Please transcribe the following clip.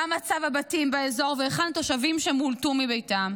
מה מצב הבתים באזור והיכן תושבים שמולטו מביתם,